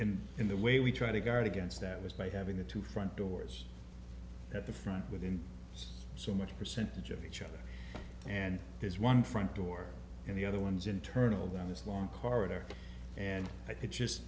and in the way we try to guard against that was by having the two front doors at the front within so much percentage of each other and his one front door and the other one's internal down this long corridor and i just